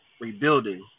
rebuilding